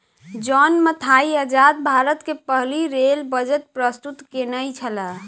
John Mathai आजाद भारत के पहिल रेल बजट प्रस्तुत केनई छला